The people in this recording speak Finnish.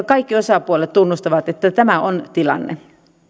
kaikki osapuolet tunnustavat että tämä on tilanne